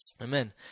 Amen